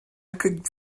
could